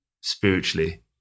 spiritually